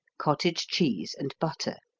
cottage cheese and butter.